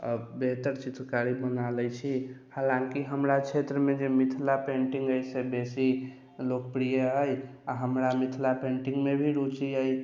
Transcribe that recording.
बेहतर चित्रकारी बना लै छी हालाँकि हमरा क्षेत्रमे जे मिथिला पेंटिंग अइ से बेसी लोकप्रिय अइ आ हमरा मिथिला पेंटिंगमे भी रुचि अइ